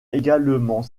également